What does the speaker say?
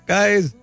Guys